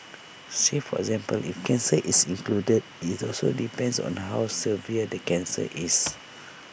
say for example if cancer is included IT also depends on the how severe the cancer is